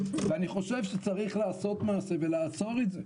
ואני חושב שצריך לעשות מעשה ולעצור את זה.